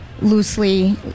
loosely